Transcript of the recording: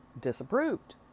disapproved